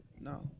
No